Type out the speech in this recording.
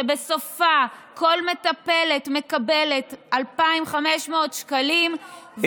שבסופה כל מטפלת מקבלת 2,500 שקלים,